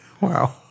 Wow